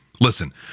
Listen